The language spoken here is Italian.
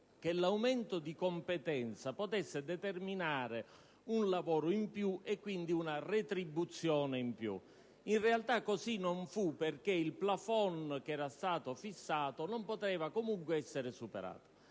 che tale aumento potesse determinare un lavoro in più e quindi una retribuzione in più. In realtà, così non fu perché il *plafond* che era stato fissato non poteva comunque essere superato.